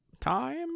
Time